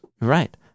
right